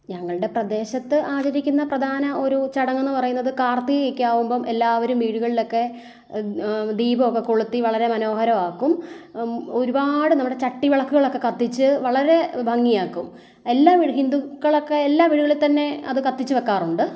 ഞങ്ങളുടെ പ്രദേശത്തു ആചരിക്കുന്ന പ്രധാന ഒരു ചടങ്ങു എന്നുപറയുന്നത് കാർത്തികയൊക്കെ ആകുമ്പോൾ എല്ലാവരും വീടുകളിലൊക്കെ ദീപമൊക്കെ കൊളുത്തി വളരെ മനോഹരമാക്കും ഒരുപാട് നമ്മുടെ ചട്ടി വിളക്കുകളൊക്കെ കത്തിച്ചു വളരെ ഭംഗിയാക്കും എല്ലാ വീടും ഹിന്ദുക്കളൊക്കെ എല്ലാ വീടുകളിൽ തന്നെ അത് കത്തിച്ചു വെക്കാറുണ്ട്